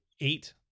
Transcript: eight